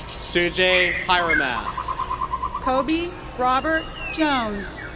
suja hiremath cobi robert jones.